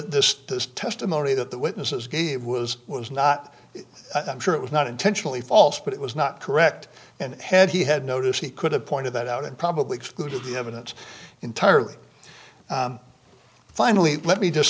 but the testimony that the witnesses gave was was not i'm sure it was not intentionally false but it was not correct and had he had notice he could have pointed that out and probably excluded the evidence entirely finally let me just